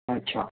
अच्छा